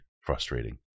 frustrating